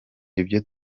ibyo